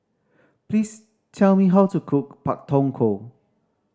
please tell me how to cook Pak Thong Ko